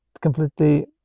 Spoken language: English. completely